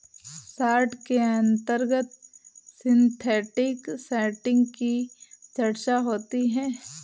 short के अंतर्गत synthetic setting की चर्चा होती है